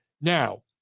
now